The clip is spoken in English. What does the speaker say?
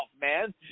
man